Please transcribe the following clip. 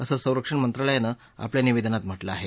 असं संरक्षण मंत्रालयानं आपल्या निवेदनात म्हटलं आहे